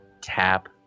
tap